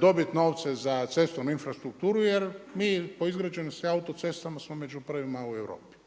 dobiti novce za cestovnu infrastrukturu jer mi po izgrađenosti autocestama smo među prvima u Europi